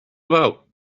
about